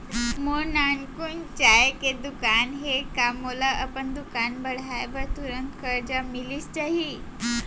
मोर नानकुन चाय के दुकान हे का मोला अपन दुकान बढ़ाये बर तुरंत करजा मिलिस जाही?